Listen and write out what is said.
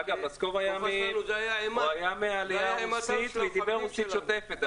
אגב, לסקוב היה מהעלייה הרוסית ודיבר רוסית שוטפת.